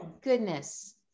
goodness